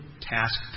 task